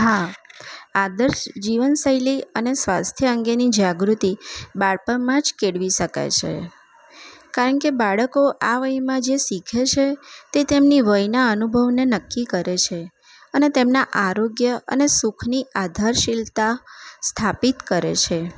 હા આદર્શ જીવનશૈલી અને સ્વાસ્થ્ય અંગેની જાગૃતિ બાળપણમાં જ કેળવી શકાય છે કારણ કે બાળકો આ વયમાં જે શીખે છે તે તેમની વયના અનુભવને નક્કી કરે છે અને તેમના આરોગ્ય અને સુખની આધારશીલતા સ્થાપિત કરે છે